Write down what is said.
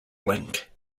link